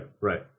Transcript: Right